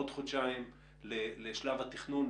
עוד חודשיים לשלב התכנון,